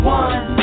one